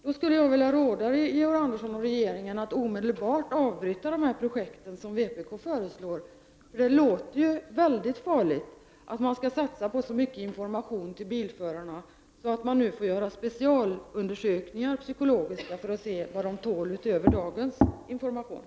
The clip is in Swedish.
Jag skulle råda Georg Andersson och regeringen att omedelbart avbryta detta projekt, som vpk föreslår. Det låter mycket farligt att man skall satsa på så mycket information till bilförarna att man nu får göra psykologiska specialundersökningar för att se hur mycket de tål utöver dagens information.